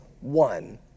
one